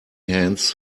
hands